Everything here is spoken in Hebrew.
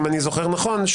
אם אני זוכר נכון.